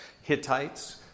Hittites